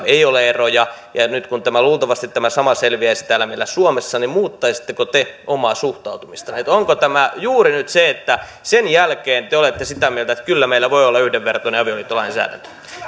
ei ole eroja ja ja nyt kun tämä sama luultavasti selviäisi täällä meillä suomessa niin muuttaisitteko te omaa suhtautumistanne onko tämä juuri nyt se että sen jälkeen te te olette sitä mieltä että kyllä meillä voi olla yhdenvertainen avioliittolainsäädäntö